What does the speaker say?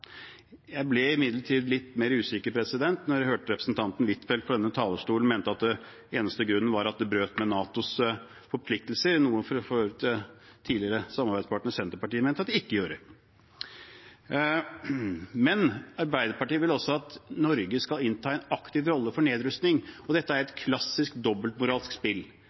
Jeg ble imidlertid litt mer usikker da jeg hørte at representanten Huitfeldt fra denne talerstolen mente at den eneste grunnen var at det brøt med NATOs forpliktelser, noe tidligere samarbeidspartner Senterpartiet mente at det ikke gjorde. Arbeiderpartiet vil også at Norge skal innta en aktiv rolle for nedrustning, og dette er et klassisk dobbeltmoralsk spill.